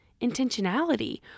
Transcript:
intentionality